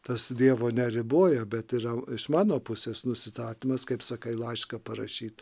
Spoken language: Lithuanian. tas dievo neriboja bet yra iš mano pusės nusitatymas kaip sakai laišką parašyt